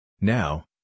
Now